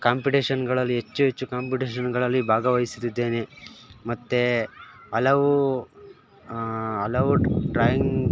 ಕಾಂಪಿಟೇಷನ್ಗಳಲ್ಲಿ ಹೆಚ್ಚು ಹೆಚ್ಚು ಕಾಂಪಿಟೇಷನ್ಗಳಲ್ಲಿ ಭಾಗವಹಿಸುತ್ತಿದ್ದೇನೆ ಮತ್ತು ಹಲವು ಹಲವು ಡ್ರಾಯಿಂಗ್